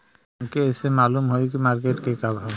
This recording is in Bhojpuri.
हमके कइसे मालूम होई की मार्केट के का भाव ह?